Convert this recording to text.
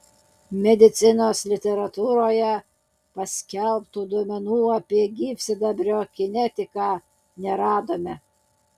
medicinos literatūroje paskelbtų duomenų apie gyvsidabrio kinetiką neradome